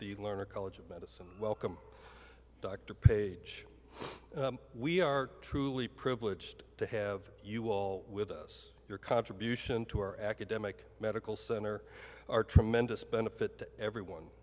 the lerner college of medicine welcome dr paige we are truly privileged to have you all with us your contribution to our academic medical center our tremendous benefit everyone